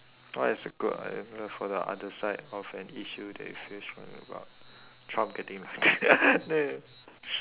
what is a good argument for the other side of an issue that you feel strongly about trump getting elected